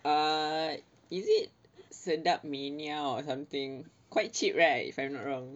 err is it sedap mania or something quite cheap right if I'm not wrong